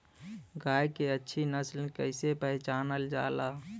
गाय के अच्छी नस्ल कइसे पहचानल जाला?